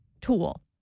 tool